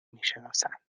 میشناسند